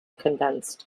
condensed